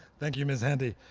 thank you, ms. handy.